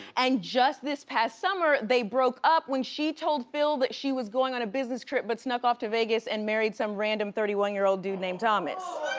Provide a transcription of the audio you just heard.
and just this past summer, they broke up when she told phil that she was going on a business trip but snuck off to vegas and married some random thirty one year old dude named thomas.